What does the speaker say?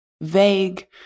vague